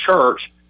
church